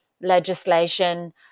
legislation